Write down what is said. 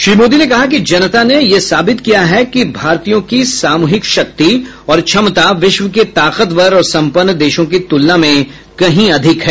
श्री मोदी ने कहा कि जनता ने यह साबित किया है कि भारतीयों की सामूहिक शक्ति और क्षमता विश्व के ताकतवर और सम्पन्न देशों की तुलना में कहीं अधिक है